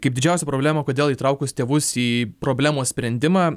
kaip didžiausią problemą kodėl įtraukus tėvus į problemos sprendimą